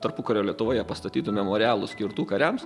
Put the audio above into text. tarpukario lietuvoje pastatytų memorialų skirtų kariams